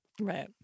Right